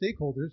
stakeholders